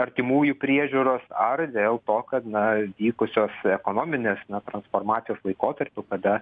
artimųjų priežiūros ar dėl to kad na vykusios ekonominės transformacijos laikotarpiu kada